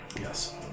yes